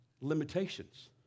limitations